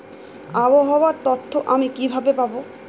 আবহাওয়ার তথ্য আমি কিভাবে পাবো?